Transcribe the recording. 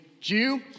Jew